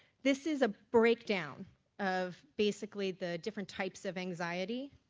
this is a breakdown of basically the different types of anxiety